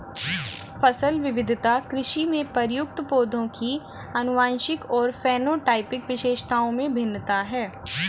फसल विविधता कृषि में प्रयुक्त पौधों की आनुवंशिक और फेनोटाइपिक विशेषताओं में भिन्नता है